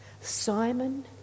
Simon